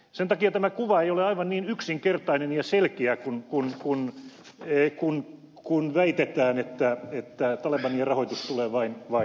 sen takia tämä kuva ei ole aivan niin yksinkertainen ja selkeä kun väitetään että talebanien rahoitus tulee vain huumeista